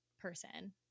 person